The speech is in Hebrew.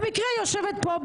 במקרה היא יושבת פה,